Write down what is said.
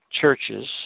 churches